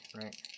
right